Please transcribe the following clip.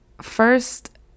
First